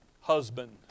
husband